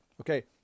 Okay